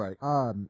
Right